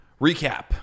Recap